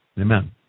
Amen